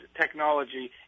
technology